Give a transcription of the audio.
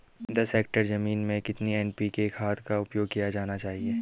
दस हेक्टेयर जमीन में कितनी एन.पी.के खाद का उपयोग किया जाना चाहिए?